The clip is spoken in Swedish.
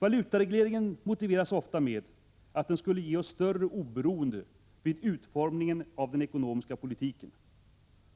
Valutaregleringen motiveras ofta med att den skulle ge oss större oberoende vid utformningen av den ekonomiska politiken.